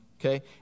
okay